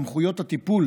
סמכויות הטיפול